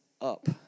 up